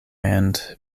and